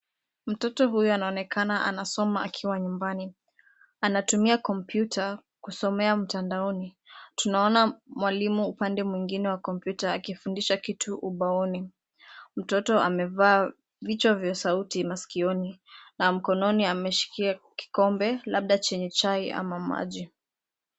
Mtoto huyu anaonekana anasoma akiwa nyumbani. Anatumia kompyuta kusomea mtandaoni. Tunaona mwalimu upande mwingine wa kompyuta akifundisha kitu ubaoni. Mtoto amevaa vichwa vya sauti masikioni, na mkononi amemshikia kikombe, labda chenye chai ama maji.